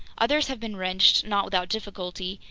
others have been wrenched, not without difficulty,